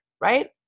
Right